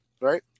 right